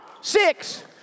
Six